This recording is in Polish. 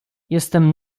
jestem